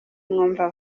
mwumva